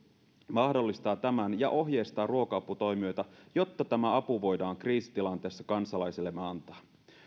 mahdollistaa tämän ja ohjeistaa ruoka aputoimijoita jotta tämä apu voidaan kriisitilanteessa kansalaisillemme antaa